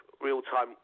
real-time